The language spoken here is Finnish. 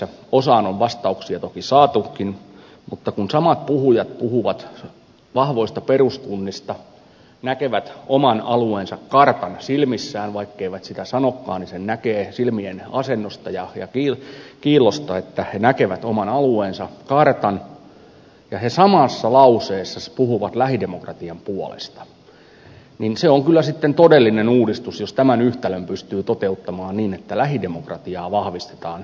osaan on vastauksia toki saatukin mutta kun samat puhujat puhuvat vahvoista peruskunnista näkevät oman alueensa kartan silmissään vaikka eivät sitä sanokaan niin sen näkee silmien asennosta ja kiillosta että he näkevät oman alueensa kartan ja samassa lauseessa puhuvat lähidemokratian puolesta niin se on kyllä sitten todellinen uudistus jos tämän yhtälön pystyy toteuttamaan niin että lähidemokratiaa vahvistetaan